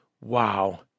Wow